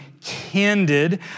candid